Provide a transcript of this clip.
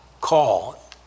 call